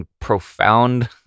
profound